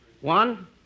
One